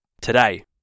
today